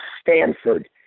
Stanford